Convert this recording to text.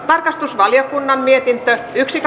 tarkastusvaliokunnan mietintö yksi